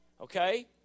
okay